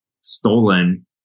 stolen